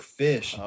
fish